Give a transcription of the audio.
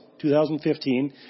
2015